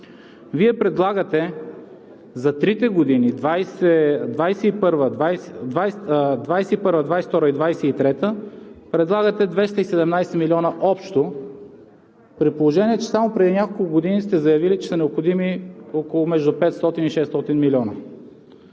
Вие предлагате за трите години – 2021-а, 2022-а и 2023 г. 217 милиона общо, при положение че само преди няколко години сте заявили, че са необходими между 500 и 600 млн.